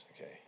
okay